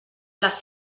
les